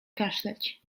kaszleć